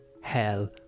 hell